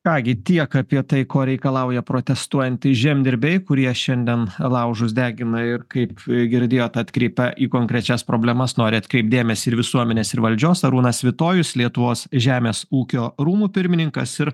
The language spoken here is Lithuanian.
ką gi tiek apie tai ko reikalauja protestuojantys žemdirbiai kurie šiandien laužus degina ir kaip girdėjot atkreipta į konkrečias problemas nori atkreipt dėmesį ir visuomenės ir valdžios arūnas svitojus lietuvos žemės ūkio rūmų pirmininkas ir